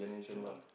this one what